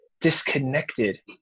disconnected